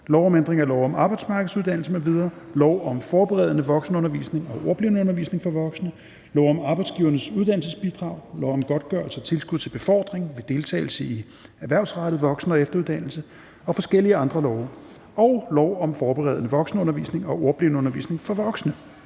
lov om ændring af lov om arbejdsmarkedsuddannelser m.v., lov om forberedende voksenundervisning og ordblindeundervisning for voksne, lov om Arbejdsgivernes Uddannelsesbidrag, lov om godtgørelse og tilskud til befordring ved deltagelse i erhvervsrettet voksen- og efteruddannelse og forskellige andre love og lov om forberedende voksenundervisning og ordblindeundervisning for voksne.